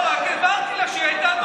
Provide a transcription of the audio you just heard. לא, רק הבהרתי לה שהיא הייתה דוברת.